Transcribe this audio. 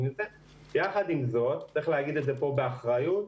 יחד עם זאת, צריך לומר כאן באחריות,